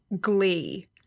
glee